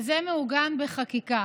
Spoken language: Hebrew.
זה מעוגן בחקיקה.